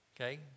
okay